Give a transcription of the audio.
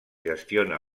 gestiona